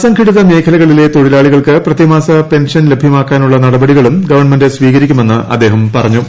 സംഘടിത മേഖലകളിലെ തൊഴിലാളികൾക്ക് പ്രതിമാസ പെൻഷൻ ലഭ്യമാക്കാനുളള നടപടികളും ഗവൺമെന്റ് സ്വീകരിക്കുമെന്ന് അദ്ദേഹം പറഞ്ഞു